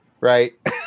right